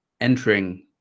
entering